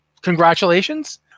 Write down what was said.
Congratulations